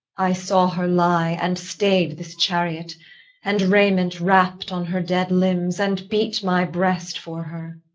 i saw her lie, and stayed this chariot and raiment wrapt on her dead limbs, and beat my breast for her.